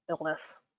illness